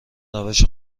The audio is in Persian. روش